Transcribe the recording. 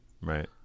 right